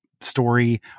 story